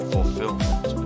Fulfillment